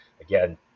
again